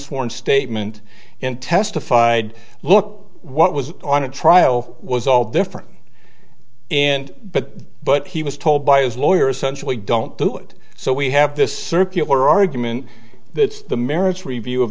sworn statement and testified look what was on a trial was all different and but but he was told by his lawyer essentially don't do it so we have this circular argument that's the merits review of